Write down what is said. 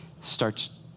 starts